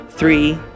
Three